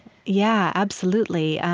yeah, absolutely.